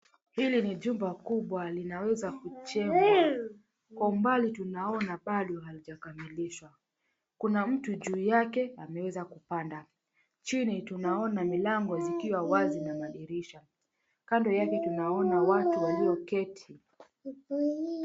Hili ni jumba kubwa linaweza kujengwa, kwa umbali tunaona bado halijakamilishwa kuna mtu juu yake ameweza kupanda chini tunaona milango zikiwa wazi na madirisha kando yake tunaona watu walioketi.